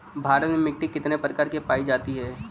भारत में मिट्टी कितने प्रकार की पाई जाती हैं?